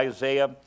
Isaiah